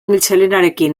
mitxelenarekin